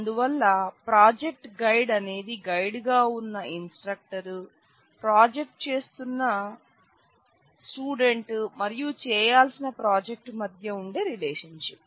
అందువల్ల project guide అనేది guide గా ఉన్న ఇన్స్ట్రక్టర్ ప్రాజెక్టు చేస్తున్న స్టూడెంట్ మరియు చేయాల్సిన ప్రాజెక్ట్ మధ్య ఉండే రిలేషన్షిప్